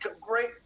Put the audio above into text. great